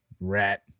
Rat